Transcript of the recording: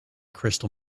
crystal